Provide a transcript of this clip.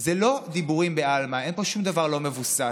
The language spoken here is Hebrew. זה לא דיבורים בעלמא, אין פה שום דבר לא מבוסס.